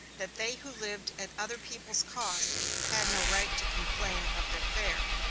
that they who lived at other people's cost had no right to complain of their fare.